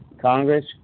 Congress